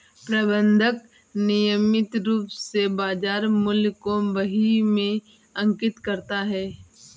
प्रबंधक नियमित रूप से बाज़ार मूल्य को बही में अंकित करता है